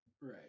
Right